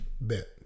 Bet